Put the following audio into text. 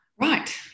Right